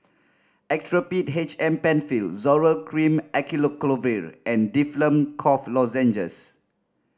Actrapid H M Penfill Zoral Cream Acyclovir and Difflam Cough Lozenges